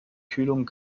kühlung